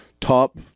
top